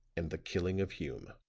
and the killing of hume.